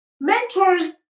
Mentors